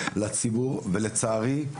לציבור ולצערי,